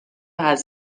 had